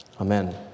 Amen